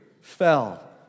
fell